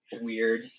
Weird